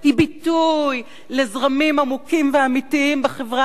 היא ביטוי לזרמים עמוקים ואמיתיים בחברה